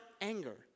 anger